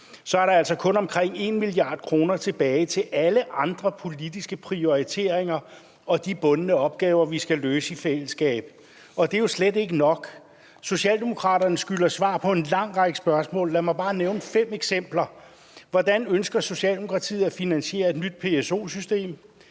er der altså kun omkring 1 mia. kr. tilbage til alle andre politiske prioriteringer og de bundne opgaver, vi skal løse i fællesskab, og det er jo slet ikke nok. Socialdemokratiet skylder svar på en lang række spørgsmål. Lad mig bare nævne fem eksempler: Hvordan ønsker Socialdemokratiet at finansiere et nyt PSO-system?